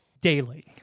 daily